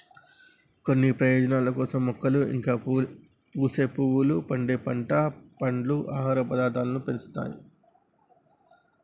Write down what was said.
కొన్ని ప్రయోజనాల కోసం మొక్కలు ఇంకా పూసే పువ్వులు, పండే పంట, పండ్లు, ఆహార పదార్థాలను పెంచుతారు